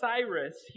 Cyrus